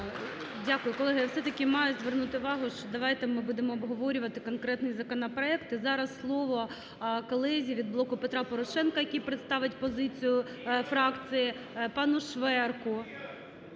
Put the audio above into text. Дякую. Колеги, все-таки маю звернути увагу, що давайте ми будемо обговорювати конкретні законопроекти. Зараз слово колезі від "Блоку Петра Порошенка", який представить позицію фракції, пану Шверку.